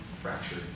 fractured